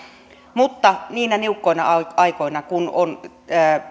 mutta niinä niukkoina aikoina kun on